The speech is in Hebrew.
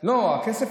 הכסף,